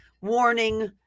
warning